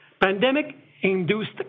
Pandemic-induced